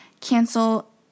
cancel